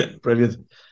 Brilliant